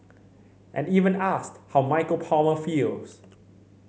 and even asked how Michael Palmer feels